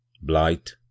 Blight